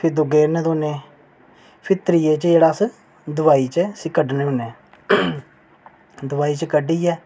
फ्ही दूए कन्नै धोने फ्ही त्रीए चें जेह्ड़ा दोआई चें कड्ढने होने दोआई चा कड्ढियै